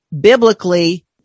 biblically